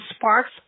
Sparks